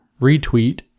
retweet